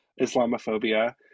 Islamophobia